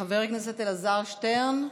חבר הכנסת אלעזר שטרן,